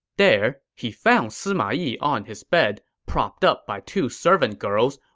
there, he found sima yi on his bed, propped up by two servant girls,